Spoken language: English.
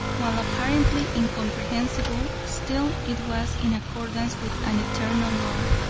while apparently incomprehensible, still it was in accordance with an eternal law,